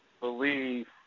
Believe